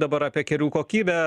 dabar apie kelių kokybę